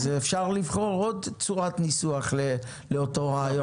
אז אפשר לבחור עוד צורת ניסוח לאותו רעיון.